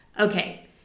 Okay